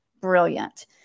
brilliant